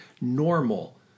Normal